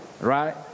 right